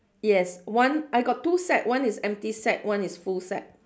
yes one I got two sets one is empty set one is full set